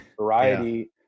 variety